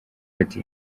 ati